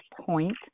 point